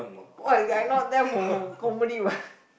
what I not there for for company what